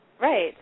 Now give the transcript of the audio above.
Right